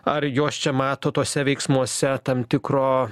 ar jos čia mato tuose veiksmuose tam tikro